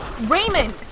Raymond